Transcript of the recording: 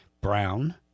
brown